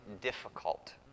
difficult